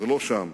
ולא שם.